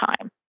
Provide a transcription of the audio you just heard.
time